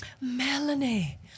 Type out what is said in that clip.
Melanie